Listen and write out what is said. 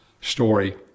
story